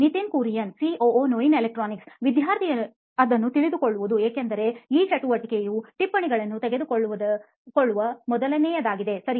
Nitin Kurian COO ನೋಯಿನ್ electronics ವಿದ್ಯಾರ್ಥಿ ಅದನ್ನುತಿಳಿದುಕೊಳ್ಳುವುದು ಏಕೆಂದರೆ ಈ ಚಟುವಟಿಕೆಯು ಟಿಪ್ಪಣಿಗಳನ್ನು ತೆಗೆದುಕೊಳ್ಳುವ ಮೊದಲನೆಯದಾಗಿದೆಸರಿ